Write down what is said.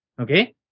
okay